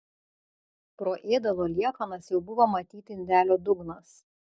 pro ėdalo liekanas jau buvo matyti indelio dugnas